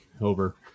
over